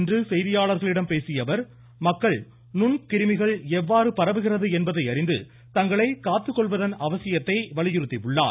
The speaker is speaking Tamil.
இன்று செய்தியாளர்களிடம் பேசிய அவர் மக்கள் நுண்கிருமிகள் சென்னையில் எவ்வாறு பரவுகிறது என்பதை அறிந்து தங்களை காத்துக் கொள்வதன் அவசியத்தை வலியுறுத்தினார்